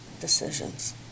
decisions